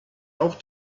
auch